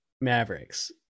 mavericks